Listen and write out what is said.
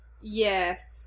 Yes